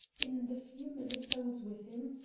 in the few minutes i was with him,